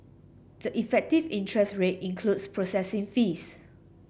the effective interest rate includes processing fees